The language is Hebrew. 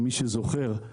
מי שזוכר.